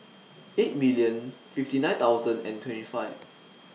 eight million fifty nine thousand and twenty five